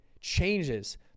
changes